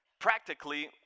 practically